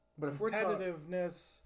Competitiveness